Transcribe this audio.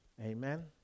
Amen